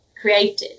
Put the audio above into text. created